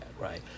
right